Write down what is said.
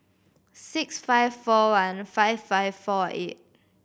six five four one five five four eight